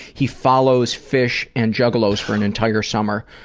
he follows fish and juggalos for an entire summer.